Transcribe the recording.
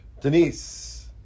Denise